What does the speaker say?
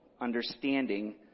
understanding